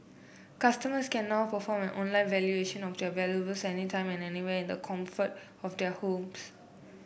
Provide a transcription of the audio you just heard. customers can now perform an online valuation of their valuables any time and anywhere in the comfort of their homes